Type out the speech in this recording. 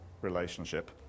relationship